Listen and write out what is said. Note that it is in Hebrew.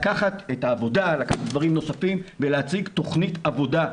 לקחת את העבודה ודברים נוספים ולהציג תוכנית עבודה.